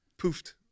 poofed